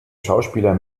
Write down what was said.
schauspieler